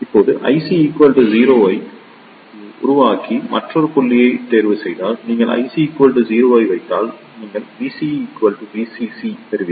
இப்போது IC 0 ஐ உருவாக்கி மற்றொரு புள்ளியைத் தேர்வுசெய்தால் நீங்கள் IC 0 ஐ வைத்தால் நீங்கள் VCE VCC பெறுவீர்கள்